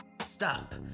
stop